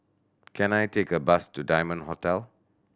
can I take a bus to Diamond Hotel